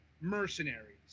mercenaries